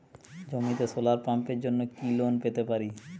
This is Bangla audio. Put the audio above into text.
জমিতে সোলার পাম্পের জন্য কি লোন পেতে পারি?